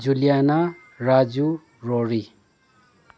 ꯖꯨꯂꯤꯌꯥꯅꯥ Raju ꯔꯣꯔꯤ